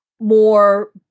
more